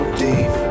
deep